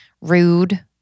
rude